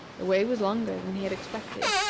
the way was longer than he had expected,